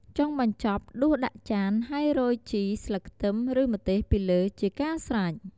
ចុងបញ្ចប់ដួសដាក់ចាន ហើយរោយជីរ ស្លឹកខ្ទឹម ឬម្ទេសពីលើជាការស្រេច។